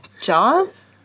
Jaws